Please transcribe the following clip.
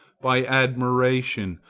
by admiration,